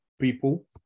people